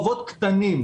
וברחובות קטנים.